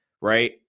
right